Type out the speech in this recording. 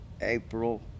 April